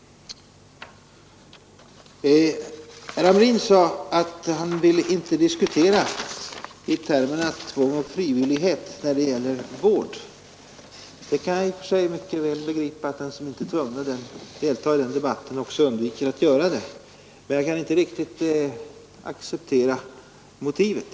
Herr Hamrin sade att han inte ville diskutera i termerna tvång och frivillighet när det gäller vård. Jag kan i och för sig mycket väl begripa att den som inte är tvungen att delta i den debatten också undviker att göra det, men jag kan inte riktigt acceptera motivet.